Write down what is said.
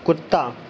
کتا